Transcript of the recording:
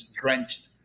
drenched